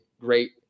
great